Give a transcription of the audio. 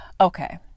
Okay